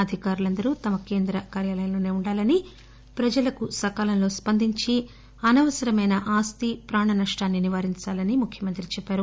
అధికారులందరూ తమ కేంద్ర కార్యాలయంలోనే ఉండాలని ప్రజలకు సకాలంలో స్సందించి అనవసరమైన ఆస్తి ప్రాణ నష్షం నివారించాలని ముఖ్యమంత్రి చెప్పారు